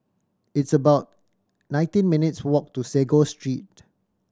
it's about nineteen minutes' walk to Sago Street